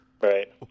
Right